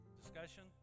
discussion